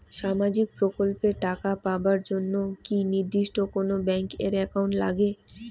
সামাজিক প্রকল্পের টাকা পাবার জন্যে কি নির্দিষ্ট কোনো ব্যাংক এর একাউন্ট লাগে?